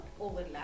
overlap